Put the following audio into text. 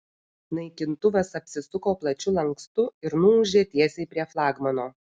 naikintuvas apsisuko plačiu lankstu ir nuūžė tiesiai prie flagmano